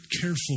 careful